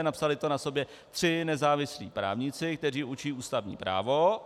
Napsali to tři na sobě nezávislí právníci, kteří učí ústavní právo.